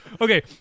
Okay